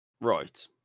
Right